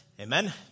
Amen